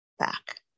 Back